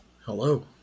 Hello